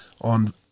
on